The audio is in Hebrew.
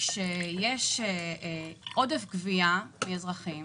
שיש עודף גבייה מאזרחים